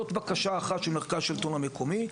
זאת בקשה אחת של מרכז השלטון המקומי.